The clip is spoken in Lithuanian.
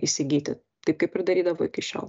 įsigyti taip kaip ir darydavo iki šiol